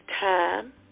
time